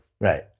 Right